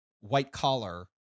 white-collar